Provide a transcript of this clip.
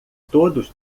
todos